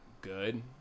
good